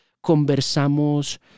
Conversamos